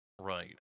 right